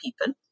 people